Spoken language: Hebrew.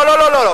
לא, לא, לא.